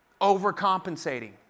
Overcompensating